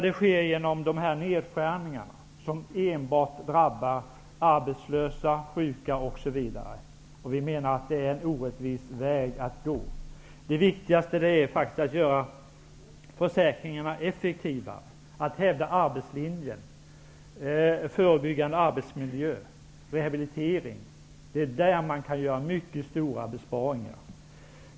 Det sker genom de nedskärningar som enbart drabbar arbetslösa, sjuka, osv. Vi menar att det är en orättvis väg att gå. Det viktigaste är att göra försäkringarna effektiva och att hävda arbetslinjen, förebyggande arbetsmiljöåtgärder och rehabilitering. Det är där vi kan göra mycket stora besparingar.